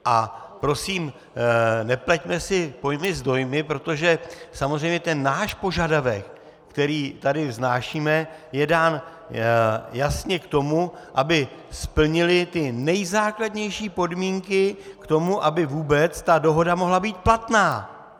A prosím, nepleťme si pojmy s dojmy, protože samozřejmě ten náš požadavek, který tady vznášíme, je dán jasně k tomu, aby splnili ty nejzákladnější podmínky k tomu, aby vůbec ta dohoda mohla být platná.